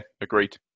agreed